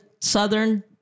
southern